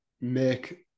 make